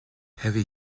heavy